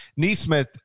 Neesmith